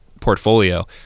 portfolio